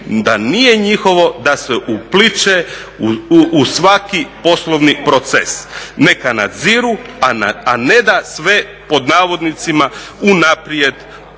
da nije njihovo da se upliću u svaki poslovni proces. Neka nadziru, a ne da sve pod navodnicima unaprijed